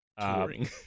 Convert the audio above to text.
Touring